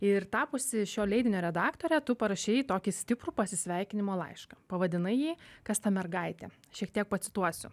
ir tapusi šio leidinio redaktore tu parašei tokį stiprų pasisveikinimo laišką pavadinai jį kas ta mergaitė šiek tiek pacituosiu